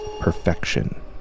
perfection